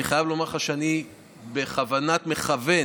אני חייב לומר לך שאני בכוונת מכוון